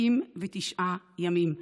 79 ימים.